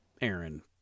Aaron